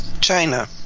China